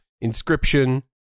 Inscription